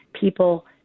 people